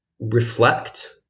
reflect